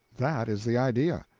that is the idea.